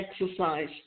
exercise